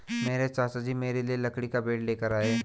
मेरे चाचा जी मेरे लिए लकड़ी का बैट लेकर आए